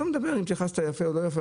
אני לא מדבר אם התייחסת יפה או לא יפה,